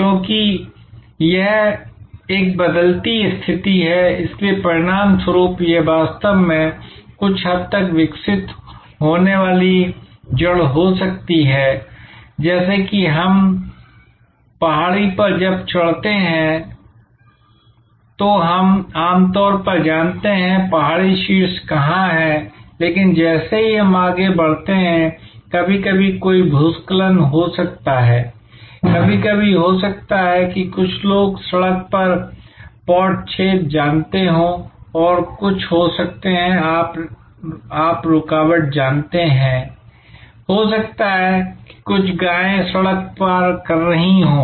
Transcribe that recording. क्योंकि यह एक बदलती स्थिति है इसलिए परिणामस्वरूप यह वास्तव में कुछ हद तक विकसित होने वाली जड़ हो सकती है जैसे कि जब हम पहाड़ी पर चढ़ते हैं तो हम आम तौर पर जानते हैं कि पहाड़ी शीर्ष कहां है लेकिन जैसे ही हम आगे बढ़ते हैं कभी कभी कोई भूस्खलन हो सकता है कभी कभी हो सकता है कि कुछ लोग सड़क पर पॉट छेद जानते हों और कुछ हो सकते हैं आप रुकावट जानते हैं हो सकता है कि कुछ गायें सड़क पार कर रही हों